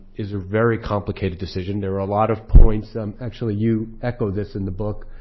is a very complicated decision. there were a lot of points um actually, you echo this in the book.